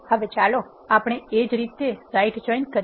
હવે ચાલો આપણે એ જ રીતે રાઇટ જોઇન જોઇએ